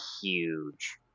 huge